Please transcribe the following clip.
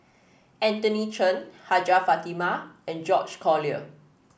Anthony Chen Hajjah Fatimah and George Collyer